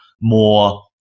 more